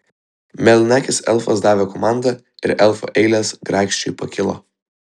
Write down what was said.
mėlynakis elfas davė komandą ir elfų eilės grakščiai pakilo